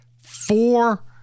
four